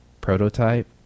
prototype